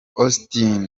augustin